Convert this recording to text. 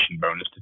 bonus